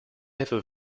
ever